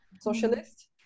socialist